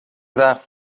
زخم